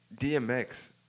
DMX